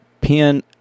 pin